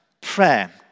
prayer